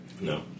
No